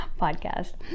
podcast